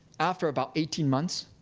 after about eighteen months,